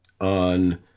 on